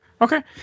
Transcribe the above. Okay